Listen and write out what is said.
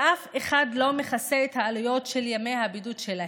שאף אחד לא מכסה את העלויות של ימי הבידוד שלהם.